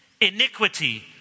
iniquity